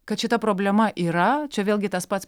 kad šita problema yra čia vėlgi tas pats